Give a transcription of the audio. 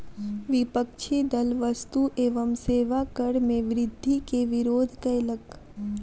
विपक्षी दल वस्तु एवं सेवा कर मे वृद्धि के विरोध कयलक